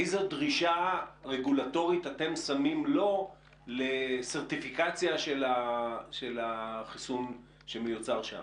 איזו דרישה רגולטורית אתם שמים לו לסרטיפיקציה של החיסון שמיוצר שם?